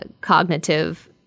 cognitive